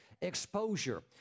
Exposure